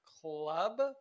club